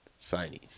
signees